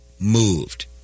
moved